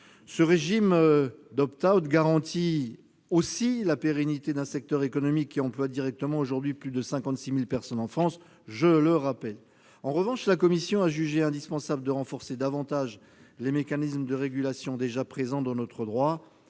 Le régime d'garantit aussi, je le rappelle, la pérennité d'un secteur économique qui emploie directement aujourd'hui plus de 56 000 personnes en France. En revanche, la commission a jugé indispensable de renforcer davantage les mécanismes de régulation déjà présents dans notre droit